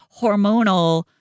hormonal